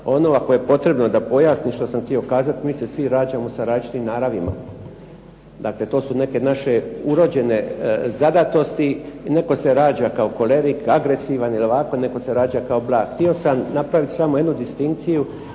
kojima je potrebno da pojasnim što sam htio kazati, mi se svi rađamo sa različitim naravima, dakle to su neke naše urođene zadatosti i netko se rađa kao kolerik, agresivan ili ovako, netko se rađa kao blag. Htio sam napraviti samo jednu distinkciju